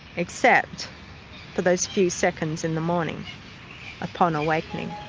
except for those few seconds in the morning upon awakening.